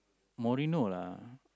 morning no lah